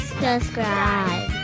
subscribe